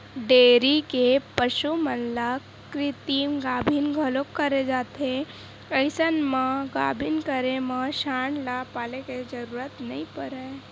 dairy के पसु मन के कृतिम गाभिन घलोक करे जाथे अइसन म गाभिन करे म सांड ल पाले के जरूरत नइ परय